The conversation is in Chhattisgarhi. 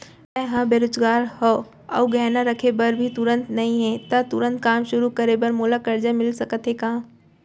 मैं ह बेरोजगार हव अऊ गहना रखे बर भी तुरंत नई हे ता तुरंत काम शुरू करे बर मोला करजा मिलिस सकत हे का?